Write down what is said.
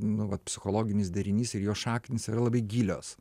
nu vat psichologinis derinys ir jo šaknys yra labai gilios